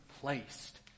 placed